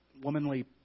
womanly